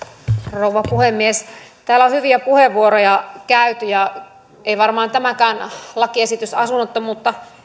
rouva puhemies täällä on hyviä puheenvuoroja käytetty ja ei varmaan tämäkään lakiesitys asunnottomuutta